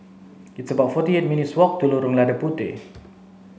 it's about forty eight minutes' walk to Lorong Lada Puteh